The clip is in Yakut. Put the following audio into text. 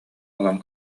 ылан